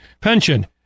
pension